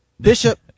Bishop